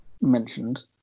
mentioned